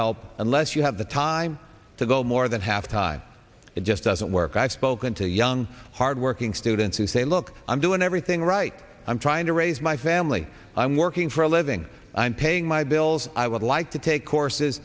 help unless you have the time to go more than half time it just doesn't work i've spoken to young hardworking state then to say look i'm doing everything right i'm trying to raise my family i'm working for a living i'm paying my bills i would like to take courses